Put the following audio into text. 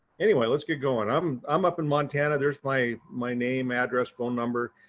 anyway, let's get going. i'm i'm up in montana. there's my my name, address, phone number.